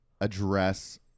address